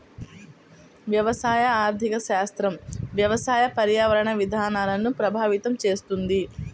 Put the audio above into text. వ్యవసాయ ఆర్థిక శాస్త్రం వ్యవసాయ, పర్యావరణ విధానాలను ప్రభావితం చేస్తుంది